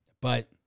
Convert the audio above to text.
but-